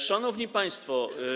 Szanowni Państwo!